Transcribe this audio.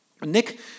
Nick